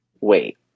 wait